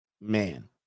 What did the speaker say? Man